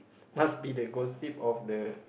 must be the gossip of the